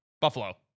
Buffalo